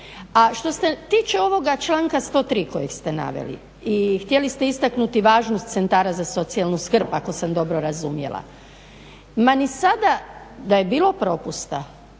A što se tiče ovoga članka 103. kojeg ste naveli i htjeli ste istaknuti važnost centara za socijalnu skrb ako sam dobro razumjela. Ma ni sada da je bilo propusta